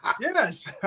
Yes